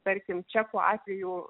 tarkim čekų atveju